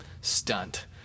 stunt